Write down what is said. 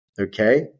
okay